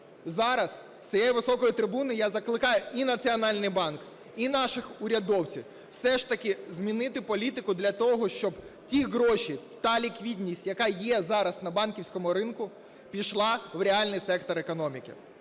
Зараз з цієї високої трибуни я закликаю і Національний банк, і наших урядовців все ж таки змінити політику для того, щоб ті гроші, та ліквідність, яка є зараз на банківському ринку, пішла в реальний сектор економіки.